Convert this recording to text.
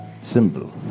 symbol